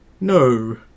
no